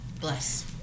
Bless